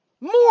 more